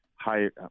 higher –